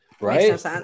Right